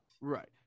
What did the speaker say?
right